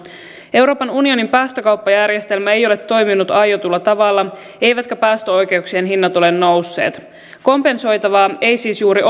euroopan unionin päästökauppajärjestelmä ei ole toiminut aiotulla tavalla eivätkä päästöoikeuksien hinnat ole nousseet kompensoitavaa ei siis juuri